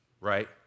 right